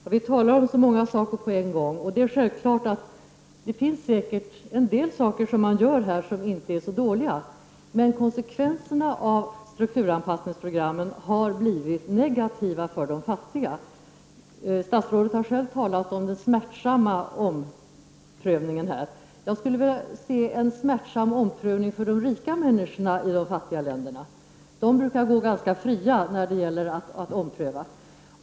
Herr talman! Vi talar om så många saker samtidigt. Det är självklart att en del saker görs som inte är så dåliga. Men konsekvenserna av strukturanpassningsprogrammen har blivit negativa för de fattiga. Statsrådet har själv talat om den smärtsamma omprövningen. Jag skulle vilja se en smärtsam omprövning för de rika människorna i de fattiga länderna. De brukar gå ganska fria när det gäller att ompröva.